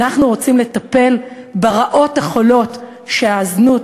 אנחנו רוצים לטפל ברעות החולות שהזנות